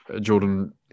Jordan